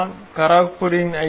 நான் கரக்பூரின் ஐ